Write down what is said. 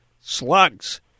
slugs